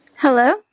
Hello